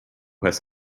has